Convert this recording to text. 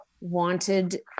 wanted